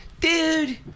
Dude